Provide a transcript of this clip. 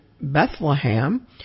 Bethlehem